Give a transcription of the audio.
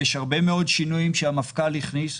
יש הרבה מאוד שינויים שהמפכ"ל הכניס.